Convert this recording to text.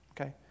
Okay